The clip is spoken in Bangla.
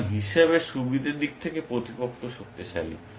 সুতরাং হিসাবের সুবিধার দিক থেকে প্রতিপক্ষ শক্তিশালী